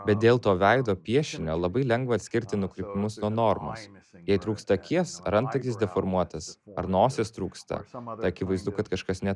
bet dėl to veido piešinio labai lengva atskirti nukrypimus nuo normos jei trūksta akies ar antakis deformuotas ar nosies trūksta akivaizdu kad kažkas ne